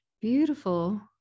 beautiful